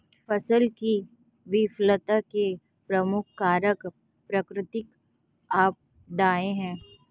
फसल की विफलता के प्रमुख कारक प्राकृतिक आपदाएं हैं